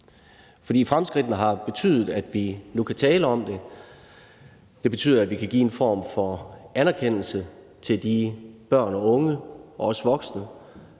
Fremskridtene har betydet, at vi nu kan tale om det, det betyder, at vi kan give en form for anerkendelse til de børn, unge og også voksne,